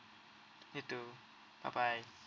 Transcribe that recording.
you too bye bye